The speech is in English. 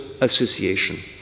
association